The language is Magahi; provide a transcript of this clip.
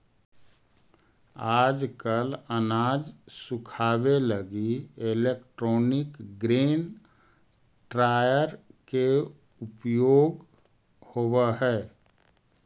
आजकल अनाज सुखावे लगी इलैक्ट्रोनिक ग्रेन ड्रॉयर के उपयोग होवऽ हई